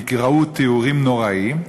כי ראו תיאורים נוראים,